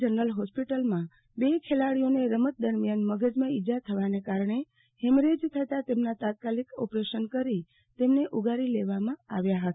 general હોસ્પિટલમાં બે ખેલાડીઓને રમત દરમિયાન મગજમાં ઈજ્જા થવાને કારણે હેમરેજ થતા તેમનાં તાત્કાલિક ઓપરેશન કરી તેમને ઉગારી લેવામાં આવ્યા હતા